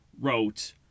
wrote